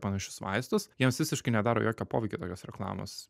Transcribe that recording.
panašius vaistus jiems visiškai nedaro jokio poveikio tokios reklamos